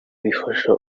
bifasha